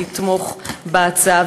לתמוך בהצעה.